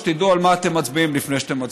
שתדעו על מה אתם מצביעים לפני שאתם מצביעים.